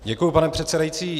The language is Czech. Děkuji, pane předsedající.